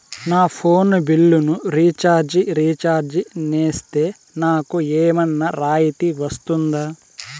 నా ఫోను బిల్లును recharge recharge సేస్తే, నాకు ఏమన్నా రాయితీ వస్తుందా?